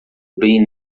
bem